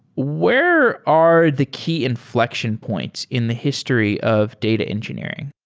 where are the key infl ection points in the history of data engineering?